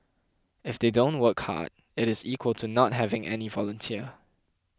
if they don't work hard it is equal to not having any volunteer